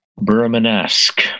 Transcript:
Burman-esque